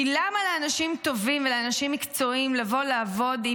כי למה לאנשים טובים ומקצועיים לבוא לעבוד עם